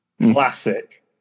Classic